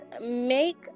make